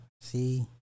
See